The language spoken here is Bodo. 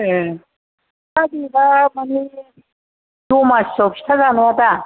ए दा जेनेबा मानि दमासिआव फिथा जानाया दा